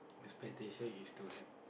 expectation is to have